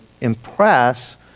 impress